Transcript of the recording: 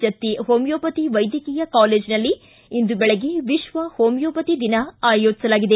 Jatti homeopathy ವೈದ್ಯಕೀಯ ಕಾಲೇಜನಲ್ಲಿ ಇಂದು ಬೆಳಗ್ಗೆ ವಿಶ್ವ ಹೋಮಿಯೊಪತಿ ದಿನ ಆಯೋಜಿಸಲಾಗಿದೆ